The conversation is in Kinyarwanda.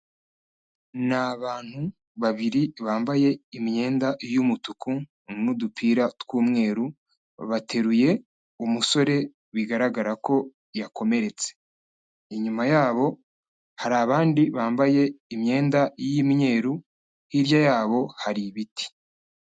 Ni abantu babiri bambaye imyenda y'umutuku n'udupira tw'umweru bateruye umusore bigaragara ko yakomeretse. Inyuma yabo hari abandi bambaye imyenda y'imyeru hirya yabo hari ibiti.